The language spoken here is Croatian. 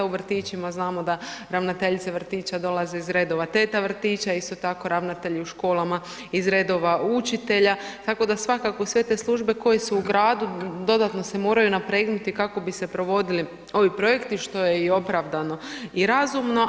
U vrtićima znamo da ravnateljice vrtića dolaze iz redova teta vrtića, isto tako ravnatelji u školama iz redova učitelja tako da svakako sve te služe koje su u gradu dodatno se moraju napregnuti kako bi se provodili ovi projekti što je i opravdano i razumno.